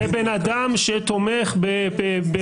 -- בן אדם שתומך בעודאי תמימי.